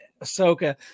Ahsoka